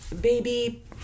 baby